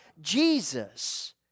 Jesus